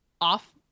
off